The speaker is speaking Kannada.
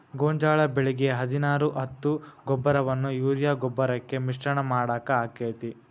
ಗೋಂಜಾಳ ಬೆಳಿಗೆ ಹದಿನಾರು ಹತ್ತು ಗೊಬ್ಬರವನ್ನು ಯೂರಿಯಾ ಗೊಬ್ಬರಕ್ಕೆ ಮಿಶ್ರಣ ಮಾಡಾಕ ಆಕ್ಕೆತಿ?